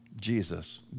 Jesus